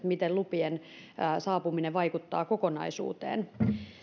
miten lupien saapuminen vaikuttaa kokonaisuuteen